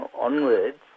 onwards